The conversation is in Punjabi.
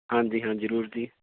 ਹਾਂਜੀ ਹਾਂਜੀ ਜ਼ਰੂਰ ਜੀ